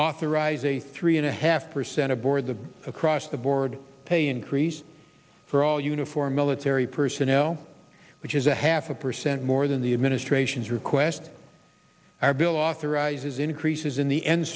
authorize a three and a half percent aboard the across the board pay increase for all uniformed military personnel which is a half a percent more than the administration's request our bill authorizes increases in the end